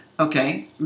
Okay